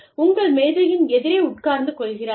உங்கள் மேஜையின் எதிரே உட்கார்ந்து கொள்கிறார்கள்